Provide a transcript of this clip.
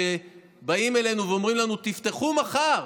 שבאים אלינו ואומרים לנו: תפתחו מחר,